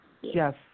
Yes